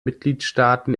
mitgliedstaaten